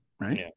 right